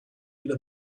into